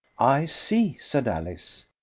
i see, said alice.